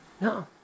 No